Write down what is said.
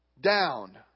down